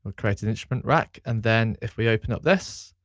we'll create an instrument rack. and then, if we open up this,